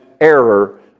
error